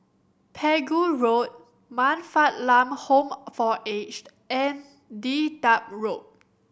Pegu Road Man Fatt Lam Home for Aged and Dedap Road